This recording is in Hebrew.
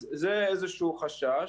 אז זה איזשהו חשש.